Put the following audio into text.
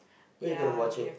when you're gonna watch it